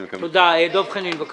דב חנין, בבקשה.